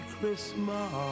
Christmas